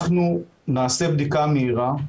אנחנו נעשה בדיקה מהירה.